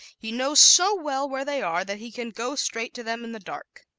he knows so well where they are that he can go straight to them in the dark.